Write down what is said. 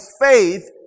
faith